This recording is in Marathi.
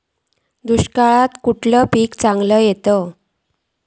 दुष्काळात खयला पीक चांगला येता?